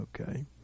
Okay